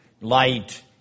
light